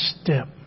step